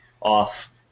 off –